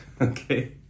Okay